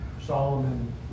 Solomon